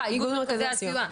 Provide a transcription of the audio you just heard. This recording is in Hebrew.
מרכזי הסיוע,